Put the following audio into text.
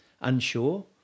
unsure